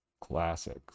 Classic